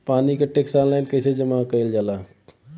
पानी क tax online कईसे जमा कईल जाला?